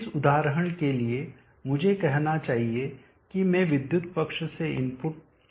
इस उदाहरण के लिए मुझे कहना चाहिए कि मैं विद्युत पक्ष से इनपुट पावर को माप रहा हूं